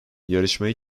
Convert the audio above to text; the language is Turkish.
yarışmayı